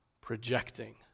Projecting